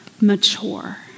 mature